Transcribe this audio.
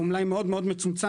הוא מלאי מאוד מאוד מצומצם,